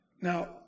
Now